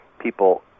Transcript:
people